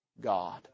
God